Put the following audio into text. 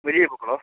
വലിയ പൂക്കളോ